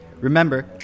Remember